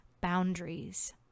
boundaries